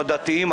הדתיים,